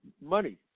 money